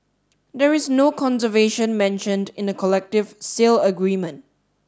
there is no conservation mentioned in the collective sale agreement